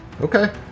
Okay